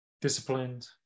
disciplined